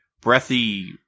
breathy